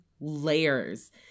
layers